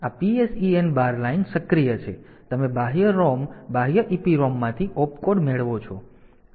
તેથી તમે બાહ્ય ROM બાહ્ય EPROM માંથી Opcode મેળવો છો